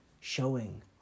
Showing